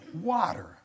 water